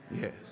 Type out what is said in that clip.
Yes